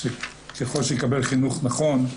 שככל שיקבל חינוך נכון,